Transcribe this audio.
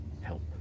help